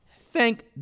thank